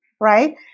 right